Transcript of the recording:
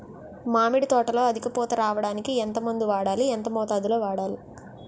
మామిడి తోటలో అధిక పూత రావడానికి ఎంత మందు వాడాలి? ఎంత మోతాదు లో వాడాలి?